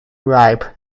ripe